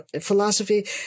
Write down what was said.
philosophy